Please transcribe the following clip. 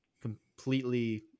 completely